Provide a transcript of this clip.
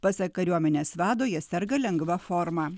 pasak kariuomenės vado jie serga lengva forma